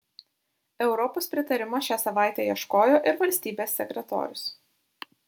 europos pritarimo šią savaitę ieškojo ir valstybės sekretorius